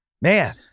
man